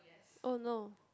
oh no